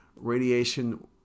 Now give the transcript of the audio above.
Radiation